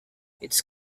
its